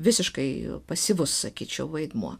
visiškai pasyvus sakyčiau vaidmuo